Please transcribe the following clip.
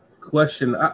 question